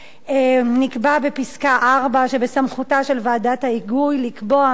נקבע בפסקה (4) שבסמכותה של ועדת ההיגוי לקבוע הנחיות